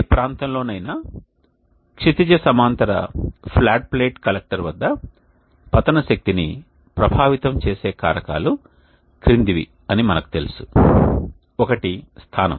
ఏ ప్రాంతంలోనైనా క్షితిజ సమాంతర ఫ్లాట్ ప్లేట్ కలెక్టర్ వద్ద పతన శక్తిని ప్రభావితం చేసే కారకాలు క్రిందివి అని మనకు తెలుసు ఒకటి స్థానం